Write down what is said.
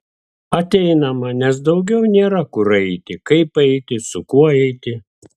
ateinama nes daugiau nėra kur eiti kaip eiti su kuo eiti